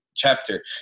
chapter